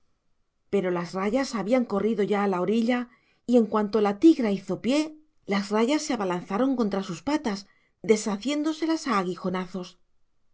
pero las rayas habían corrido ya a la orilla y en cuanto la tigra hizo pie las rayas se abalanzaron contra sus patas deshaciéndoselas a aguijonazos